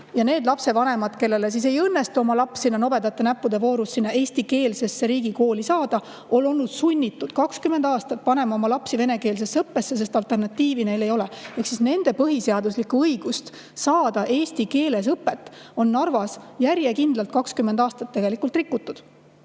Ja need lapsevanemad, kellel pole õnnestunud oma lapsi nobedate näppude voorus eestikeelsesse riigikooli saada, on olnud sunnitud 20 aasta jooksul panema oma lapsed venekeelsesse õppesse, sest alternatiivi neil ei ole olnud. Nende põhiseaduslikku õigust saada eesti keeles õpet on Narvas järjekindlalt 20 aastat tegelikult rikutud.